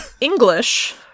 english